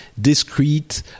discrete